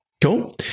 Cool